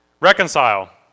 reconcile